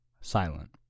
silent